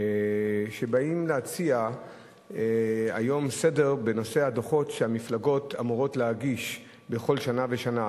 שבאים להציע היום סדר בנושא הדוחות שהמפלגות אמורות להגיש בכל שנה ושנה.